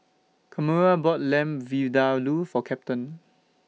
Kamora bought Lamb Vindaloo For Captain